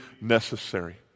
necessary